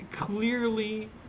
clearly